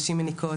נשים מניקות,